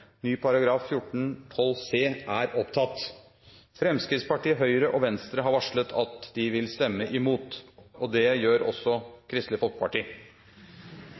Ny § 14-12 b punkt 4, Ny § 14-12 c. Fremskrittspartiet, Høyre og Venstre har varslet at de vil stemme imot. Kristelig Folkeparti